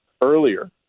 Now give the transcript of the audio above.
earlier